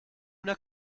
una